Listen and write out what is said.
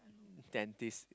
dentist